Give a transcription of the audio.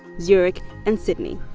zurich and sydney.